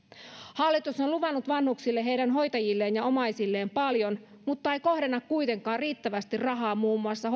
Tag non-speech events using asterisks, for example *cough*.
hallitus on luvannut vanhuksille heidän hoitajilleen ja omaisilleen paljon mutta ei kohdenna kuitenkaan riittävästi rahaa muun muassa *unintelligible*